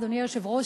אדוני היושב-ראש,